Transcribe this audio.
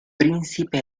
príncipe